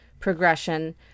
progression